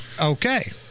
Okay